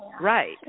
Right